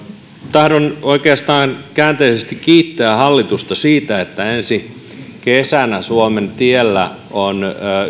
tahdon oikeastaan käänteisesti kiittää hallitusta siitä että ensi kesänä suomen teillä on yhä